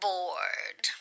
Bored